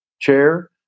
chair